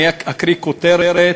אני אקריא כותרת: